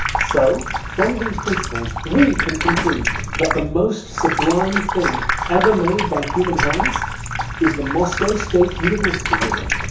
so from these principles we can conclude that the most sublime thing ever made by human hands is the moscow state university building.